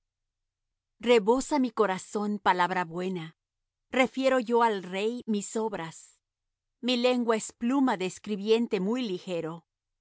rebosa mi corazón palabra buena refiero yo al rey mis obras mi lengua es pluma de escribiente muy ligero